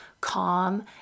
calm